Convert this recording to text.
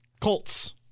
Colts